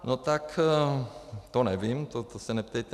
No tak to nevím, to se neptejte mě.